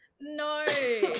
No